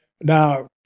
Now